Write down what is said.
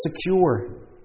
secure